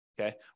okay